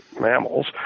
mammals